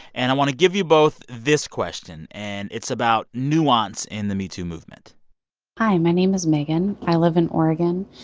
and i want to give you both this question. and it's about nuance in the metoo movement hi, my name is megan. i live in oregon.